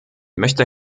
möchte